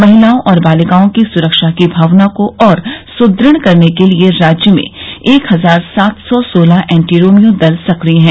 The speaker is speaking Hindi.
महिलाओं और बालिकाओं की सुरक्षा की भावना को और सुदृढ़ करने के लिए राज्य में एक हजार सात सौ सोलह एंटीरोमियों दल सक्रिय हैं